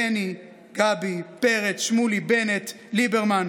בני, גבי, פרץ, שמולי, בנט, ליברמן,